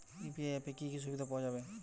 UPI অ্যাপে কি কি সুবিধা পাওয়া যাবে?